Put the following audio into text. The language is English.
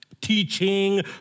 teaching